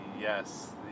Yes